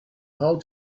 how